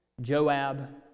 Joab